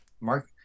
Mark